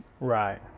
right